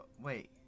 Wait